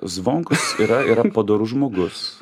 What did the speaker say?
zvonkus yra yra padorus žmogus